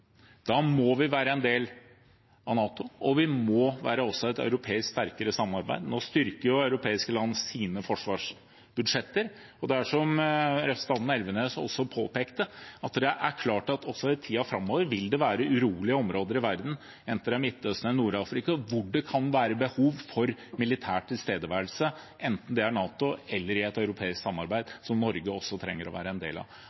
Da må vi være en del av NATO, og vi må også ha et sterkere europeisk samarbeid. Nå styrker jo europeiske land sine forsvarsbudsjetter, og det er som representanten Elvenes også påpekte: Det er klart at det også i tiden framover vil være urolige områder i verden – enten det er Midtøsten og Nord-Afrika – hvor det kan være behov for militær tilstedeværelse, enten det er NATO eller i et europeisk samarbeid, som Norge også trenger å være en del av.